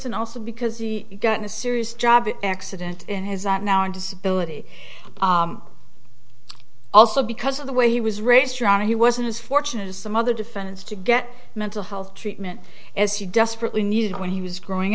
and also because he got in a serious job accident in his that now on disability also because of the way he was raised around he wasn't as fortunate as some other defendants to get mental health treatment as you desperately needed when he was growing